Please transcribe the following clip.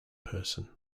person